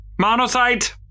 Monocyte